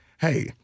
hey